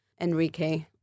Enrique